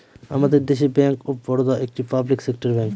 আমাদের দেশে bank of Baroda একটি পাবলিক সেক্টর ব্যাঙ্ক